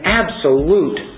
absolute